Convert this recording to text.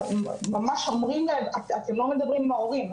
ממש אומרים להם: אתם לא מדברים עם ההורים,